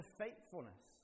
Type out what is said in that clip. faithfulness